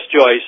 Joyce